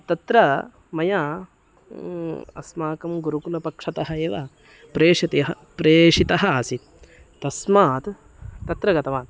तत्र मया अस्माकं गुरुकुलपक्षतः एव प्रेषितः प्रेषितः आसीत् तस्मात् तत्र गतवान्